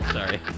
sorry